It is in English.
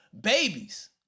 babies